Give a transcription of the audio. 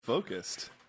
Focused